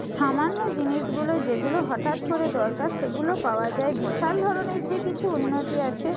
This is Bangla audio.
সামান্য জিনিসগুলো যেগুলো হঠাৎ করে দরকার সেগুলো পাওয়া যায় বিশাল ধরনের যে কিছু উন্নতি আছে